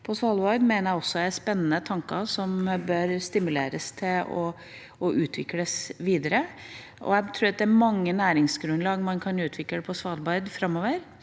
på Svalbard mener jeg også er spennende tanker som bør stimuleres og utvikles videre. Jeg tror at det er mange næringsgrunnlag man kan utvikle på Svalbard framover.